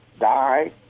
die